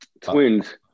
Twins